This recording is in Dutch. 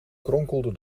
kronkelde